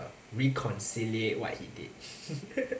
reconsider what he did